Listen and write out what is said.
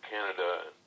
Canada